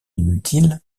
inutile